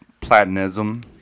Platonism